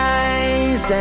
eyes